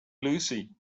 lucy